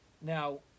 Now